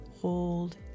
hold